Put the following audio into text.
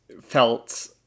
felt